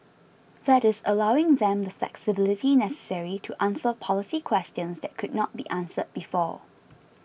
that is allowing them the flexibility necessary to answer policy questions that could not be answered before